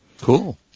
Cool